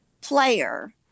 player